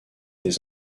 des